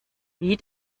wie